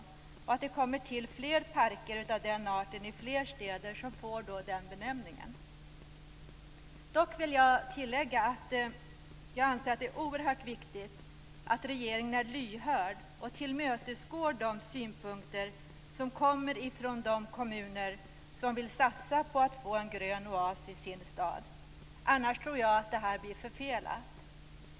Vi hoppas att det kommer till fler parker i fler städer som får den benämningen. Jag vill dock tillägga att jag anser att det är oerhört viktigt att regeringen är lyhörd och tillmötesgår de synpunkter som kommer från de kommuner som vill satsa på att få en grön oas i sin stad, annars tror jag att detta blir förfelat.